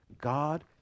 God